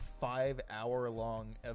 five-hour-long